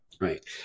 right